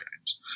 games